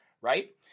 right